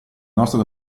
nostra